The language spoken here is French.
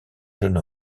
jeune